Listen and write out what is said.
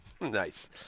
Nice